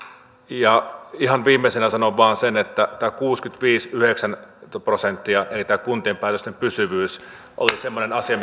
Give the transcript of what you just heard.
ja rakentamisessa tulvariskialueelle ihan viimeisenä sanon vain sen että tämä kuusikymmentäviisi viiva yhdeksänkymmentä prosenttia eli tämä kuntien päätösten pysyvyys oli semmoinen asia